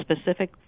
specific